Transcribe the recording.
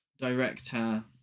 director